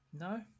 No